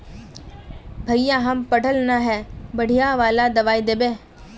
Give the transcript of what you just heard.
भैया हम पढ़ल न है बढ़िया वाला दबाइ देबे?